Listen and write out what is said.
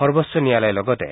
সৰ্বোচ্চ ন্যায়ালয়ে লগতে